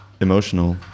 emotional